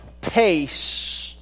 pace